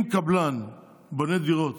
אם קבלן בונה דירות